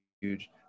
huge